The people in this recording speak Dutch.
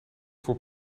voor